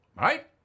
right